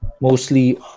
mostly